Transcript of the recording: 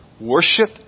worship